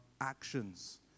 actions